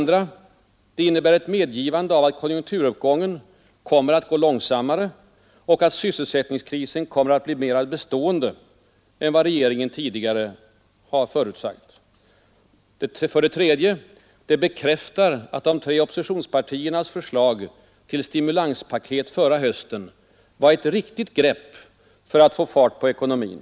Det innebär ett medgivande av att konjunkturuppgången kommer att gå långsammare och att sysselsättningskrisen kommer att bli mera bestående än vad regeringen tidigare förutsagt. 3. Det bekräftar att de tre oppositionspartiernas förslag till stimulanspolitik förra hösten var ett riktigt grepp för att få fart på ekonomin.